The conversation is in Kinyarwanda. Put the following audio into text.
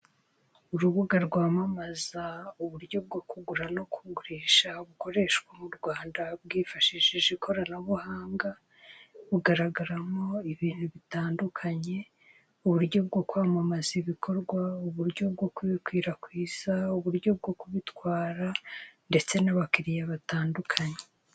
Urubuga rwamamaza uburyo bwo kugura no kugurisha bukoreshwa mu Rwanda bwifashishije ikoranabuhanga bugaragaramo ibintu bitandukanye uburyo bwo kwamamaza ibikorwa, uburyo bwo kubikwirakwiza, uburyo bwo kubitwara ndetse n'abakiriya batandukanye.